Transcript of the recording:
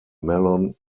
mellon